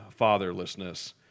fatherlessness